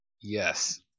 Yes